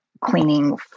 cleaning